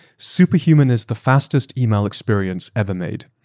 superhuman is the fastest email experience ever made.